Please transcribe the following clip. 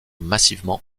massivement